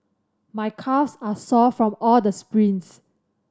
my calves are sore from all the sprints